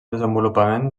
desenvolupament